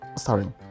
sorry